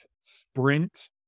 Sprint